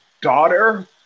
daughter